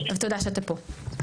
אז תודה שאתה פה.